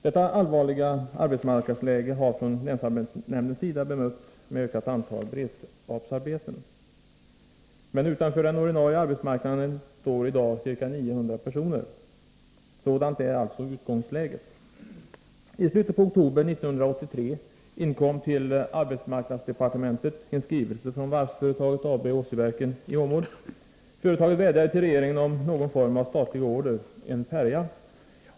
Detta allvarliga arbetsmarknadsläge har från länsarbetsnämndens sida mötts med ökat antal beredskapsarbeten. Men utanför den ordinarie arbetsmarknaden står i dag ca 900 personer. Sådant är alltså utgångsläget. I slutet av oktober 1983 inkom till arbetsmarknadsdepartementet en skrivelse från varvsföretaget AB Åsiverken i Åmål. Företaget vädjade till regeringen om någon form av statlig order, en färja.